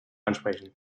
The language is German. ansprechen